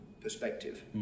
perspective